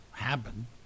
happen